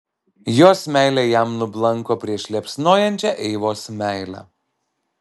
jos meilė jam nublanko prieš liepsnojančią eivos meilę